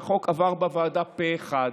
והחוק עבר בוועדה פה אחד.